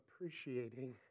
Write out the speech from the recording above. appreciating